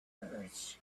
birds